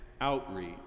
outreach